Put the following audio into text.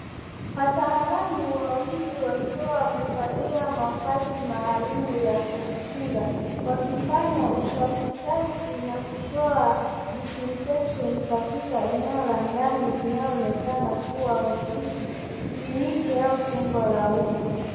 Wataalamu wawili wakiwa wamevalia mavazi maalum ya kujikinga wakifanya usafishaji na kutoa disinfection katika eneo la ndani linalo onekana kuwa ofisi, kliniki au jengo la uma.